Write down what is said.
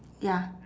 ya